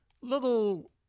little